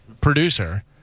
producer